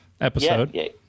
episode